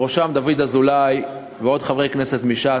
בראשם דוד אזולאי ועוד חברי כנסת מש"ס,